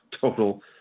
total